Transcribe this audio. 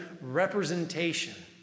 representation